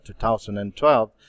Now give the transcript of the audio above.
2012